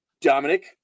Dominic